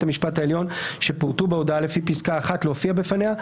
המשפט העליון שפורטו בהודעה לפי פסקה (1) להופיע בפניה,